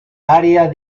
área